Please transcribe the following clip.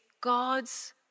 God's